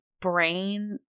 brain